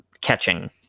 catching